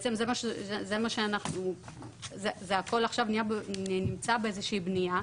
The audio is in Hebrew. ובעצם זה הכל עכשיו נמצא באיזושהי בניה,